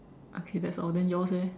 okay that's all then yours eh